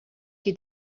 qui